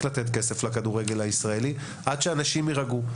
לתת כסף לכדורגל הישראלי עד שהאנשים יירגעו.